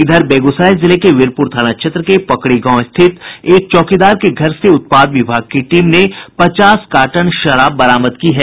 इधर बेगूसराय जिले के वीरपुर थाना क्षेत्र के पकड़ी गांव स्थित एक चौकीदार के घर से उत्पाद विभाग की टीम ने पचास कार्टन शराब बरामद की है